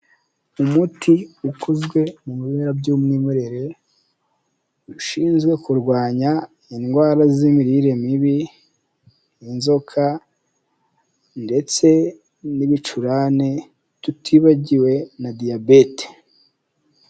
Umuti ukozwe mu bimera by'umwimerere, ushinzwe kurwanya indwara z'imirire mibi inzoka ndetse n'ibicurane tutibagiwe na diyabete.